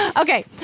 Okay